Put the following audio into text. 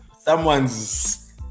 someone's